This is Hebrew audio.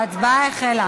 ההצבעה החלה.